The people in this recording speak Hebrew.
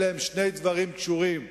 אלה הם שני דברים קשורים.